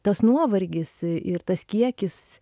tas nuovargis ir tas kiekis